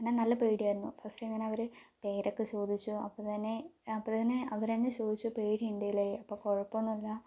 പിന്നെ നല്ല പേടിയായിരുന്നു ഫസ്റ്റ് ഇങ്ങനെ അവര് പേരൊക്കെ ചോദിച്ചു അപ്പത്തന്നെ അപ്പത്തന്നെ അവരുതന്നെ ചോദിച്ചു പേടി ഉണ്ടല്ലെ അപ്പോൾ കുഴപ്പമൊന്നും ഇല്ല